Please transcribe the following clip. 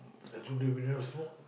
like today we never smoke